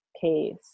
case